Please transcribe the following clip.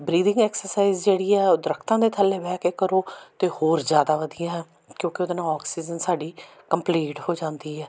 breathing exercise ਜਿਹੜੀ ਆ ਉਹ ਦਰੱਖਤਾਂ ਦੇ ਥੱਲੇ ਬਹਿ ਕੇ ਕਰੋ ਅਤੇ ਹੋਰ ਜ਼ਿਆਦਾ ਵਧੀਆ ਹੈ ਕਿਉਂਕਿ ਉਹਦੇ ਨਾਲ ਔਕਸੀਜਨ ਸਾਡੀ ਕੰਪਲੀਟ ਹੋ ਜਾਂਦੀ ਹੈ